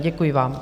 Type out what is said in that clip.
Děkuji vám.